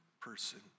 person